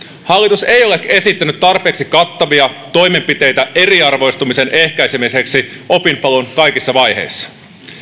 hallitus ei ole esittänyt tarpeeksi kattavia toimenpiteitä eriarvoistumisen ehkäisemiseksi opinpolun kaikissa vaiheissa